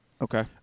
Okay